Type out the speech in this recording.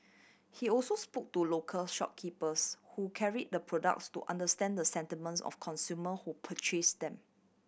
he also spoke to local shopkeepers who carry the products to understand the sentiments of consumer who purchase them